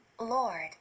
Lord